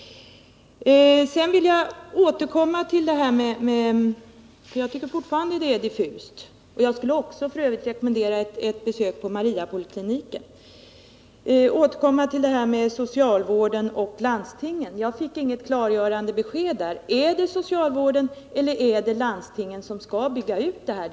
Jag skulle f. ö. också vilja rekommendera ett besök på Mariapolikliniken. Jag vill vidare återkomma till frågan om ansvarsfördelningen mellan socialvården och landstingen, som jag fortfarande tycker är diffus. Jag fick inget klargörande besked huruvida det är socialvården eller landstingen som skall genomföra denna utbyggnad.